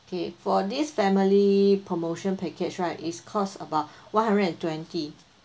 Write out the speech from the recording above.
okay for this family promotion package right it's cost about one hundred and twenty